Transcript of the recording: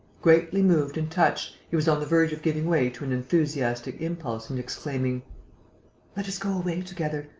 greatly moved and touched, he was on the verge of giving way to an enthusiastic impulse and exclaiming let us go away together.